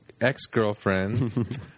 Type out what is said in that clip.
ex-girlfriends